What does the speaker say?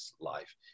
life